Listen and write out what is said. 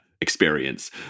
experience